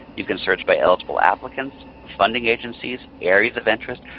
you can search by eligible applicants, funding agencies, areas of interest,